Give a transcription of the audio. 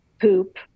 poop